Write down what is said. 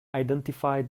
identify